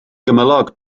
gymylog